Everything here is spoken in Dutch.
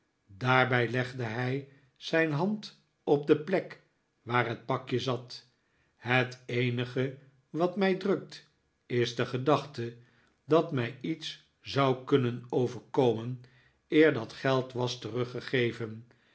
daarbij legde hij zijn hand op de plek waar het pakje zat het eenige wat mij drukt is de gedachte dat mij iets zqu kunnen overkomen eer dat geld was teruggegeven